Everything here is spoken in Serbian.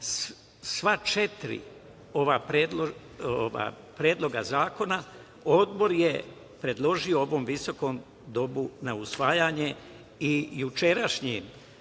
četiri ova predloga zakona Odbor je predložio ovom visokom domu na usvajanje i jučerašnjim